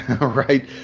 right